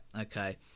okay